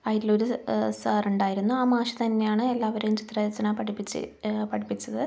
ആയിട്ടുള്ള ഒരു സാർ ഉണ്ടായിരുന്നു ആ മാഷ് തന്നെയാണ് എല്ലാവരെയും ചിത്രരചന പഠിപ്പിച്ച് പഠിപ്പിച്ചത്